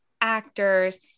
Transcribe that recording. actors